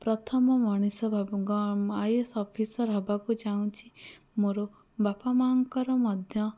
ପ୍ରଥମ ମଣିଷ ମୁଁ ଆଇ ଏ ଏସ୍ ଅଫିସର୍ ହବାକୁ ଚାଁହୁଛି ମୋର ବାପା ମା'ଙ୍କର ମଧ୍ୟ